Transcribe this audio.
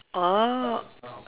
orh